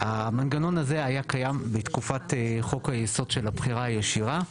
המנגנון הזה היה קיים בתקופת חוק היסוד של הבחירה הישירה,